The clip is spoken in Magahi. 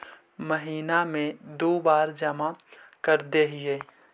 महिना मे दु बार जमा करदेहिय?